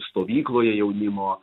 stovykloje jaunimo